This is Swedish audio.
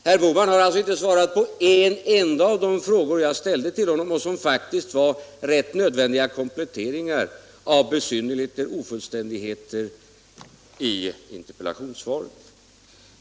Herr Bohman har alltså inte svarat på en enda av de frågor jag ställde till honom för att få faktiskt rätt nödvändiga kompletteringar av besynnerligheter och ofullständigheter i interpellationssvaret.